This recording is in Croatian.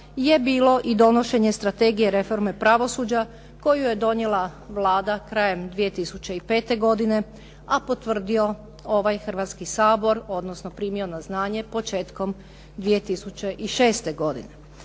je bilo i donošenje Strategije reforme pravosuđa koju je donijela Vlada krajem 2005. godine, a potvrdio ovaj Hrvatski sabor, odnosno primio na znanje početkom 2006. godine.